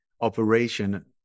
operation